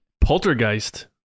poltergeist